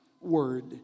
word